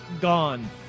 gone